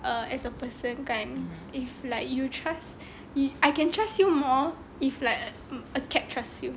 ah as a person kan if like you trust I can trust you more if like a cat trust you